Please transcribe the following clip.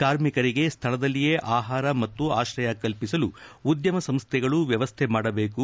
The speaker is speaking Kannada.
ಕಾರ್ಮಿಕರಿಗೆ ಸ್ಥಳದಲ್ಲಿಯೇ ಆಪಾರ ಮತ್ತು ಆಶ್ರಯ ಕಲ್ಪಿಸಲು ಉದ್ದಮ ಸಂಸ್ಥೆಗಳು ವ್ಯವಸ್ಥೆ ಮಾಡಬೇಕು